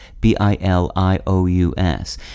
B-I-L-I-O-U-S